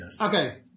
Okay